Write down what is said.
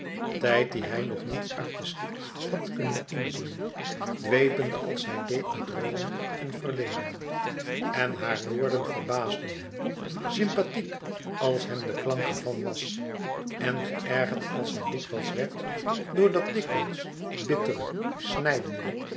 tijd die hij nog niet artistiek had kunnen inzien dwepende als hij deed met rome en verleden en hare woorden verbaasden hem sympathiek als hem de klank ervan was en geërgerd als hij dikwijls werd door dat dikwijls bittere snijdende